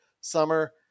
summer